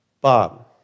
Bob